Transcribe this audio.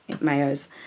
mayo's